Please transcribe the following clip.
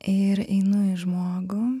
ir einu į žmogų